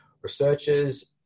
researchers